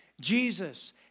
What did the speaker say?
Jesus